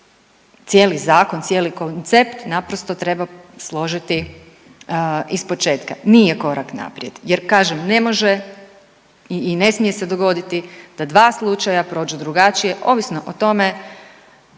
cijeli zakon, cijeli koncept naprosto treba složiti ispočetka. Nije korak naprijed, jer kažem ne može i ne smije se dogoditi da dva slučaja prođu drugačije ovisno o tome